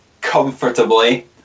comfortably